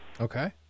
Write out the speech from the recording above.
Okay